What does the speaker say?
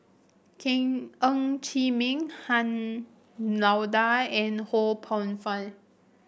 King Ng Chee Meng Han Lao Da and Ho Poh Fun